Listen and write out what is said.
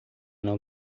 não